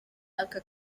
aka